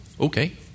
Okay